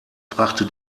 brachte